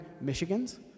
Michigan's